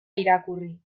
irakurri